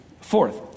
Fourth